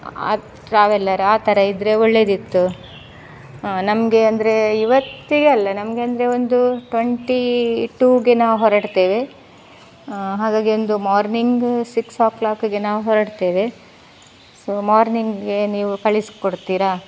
ಆ ಟ್ರಾವೆಲರ್ ಆ ಥರ ಇದ್ದರೆ ಒಳ್ಳೆಯದಿತ್ತು ಹಾ ನಮಗೆ ಅಂದರೆ ಇವತ್ತಿಗಲ್ಲ ನಮಗೆ ಅಂದರೆ ಒಂದು ಟ್ವೆಂಟಿ ಟುಗೆ ನಾವು ಹೊರಡ್ತೇವೆ ಹಾಗಾಗಿ ಒಂದು ಮಾರ್ನಿಂಗ ಸಿಕ್ಸ್ ಒ ಕ್ಲಾಕಗೆ ನಾವು ಹೊರಡ್ತೇವೆ ಸೊ ಮಾರ್ನಿಂಗ್ಗೆ ನೀವು ಕಳಿಸಿಕೊಡ್ತೀರಾ